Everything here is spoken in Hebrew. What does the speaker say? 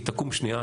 היא תקום שנייה,